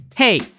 Hey